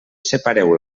separeu